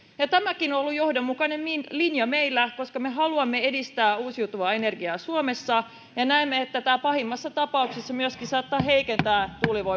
tämäkin on ollut johdonmukainen linja meillä koska me haluamme edistää uusiutuvaa energiaa suomessa ja myöskin näemme että tämä pahimmassa tapauksessa saattaa heikentää tuulivoiman